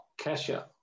Kesha